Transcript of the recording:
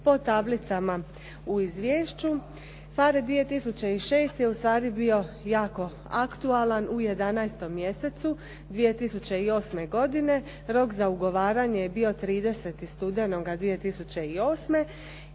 po tablicama u izvješću. PHARE 2006. je ustvari bio jako aktualan u 11. mjesecu 2008. godine, rok za ugovaranje je bio 30. studenoga 2008. i